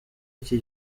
iki